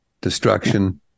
destruction